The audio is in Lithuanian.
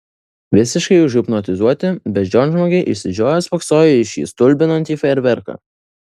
visiškai užhipnotizuoti beždžionžmogiai išsižioję spoksojo į šį stulbinantį fejerverką